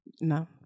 no